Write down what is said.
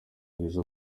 rwiza